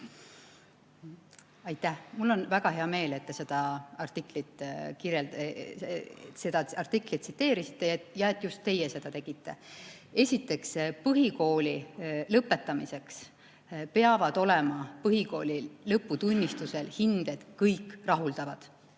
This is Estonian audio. Aitäh! Mul on väga hea meel, et te seda artiklit tsiteerisite ja et just teie seda tegite. Esiteks, põhikooli lõpetamiseks peavad olema põhikooli lõputunnistusel hinded kõik rahuldavad,